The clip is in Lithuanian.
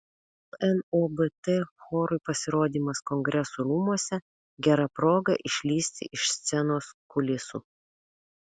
lnobt chorui pasirodymas kongresų rūmuose gera proga išlįsti iš scenos kulisų